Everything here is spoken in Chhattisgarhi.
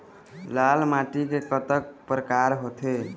लाल माटी के कतक परकार होथे?